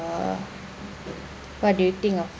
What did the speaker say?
what do you think of